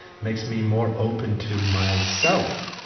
makes me more open to myself,